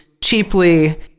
cheaply